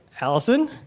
allison